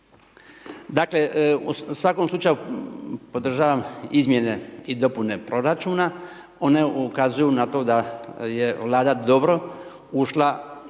Dakle, u svakom slučaju podržavam izmjene i dopune proračuna, one ukazuju na to da je Vlada dobro ušla prije